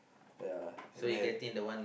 ya and that